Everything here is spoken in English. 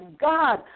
God